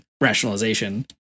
rationalization